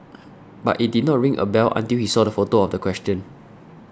but it did not ring a bell until he saw the photo of the question